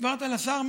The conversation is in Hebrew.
העברת לשר?